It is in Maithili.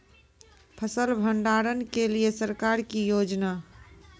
फसल भंडारण के लिए सरकार की योजना?